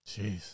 Jeez